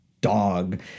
dog